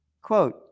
Quote